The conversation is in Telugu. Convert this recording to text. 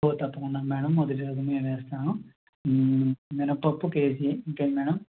ఓ తప్పకుండా మేడం మొదటి రకం మేము వేస్తాము మినపప్పు కేజీ ఇంకేంటి మేడం